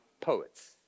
poets